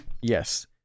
Yes